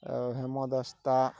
ଆଉ ହେମଦସ୍ତା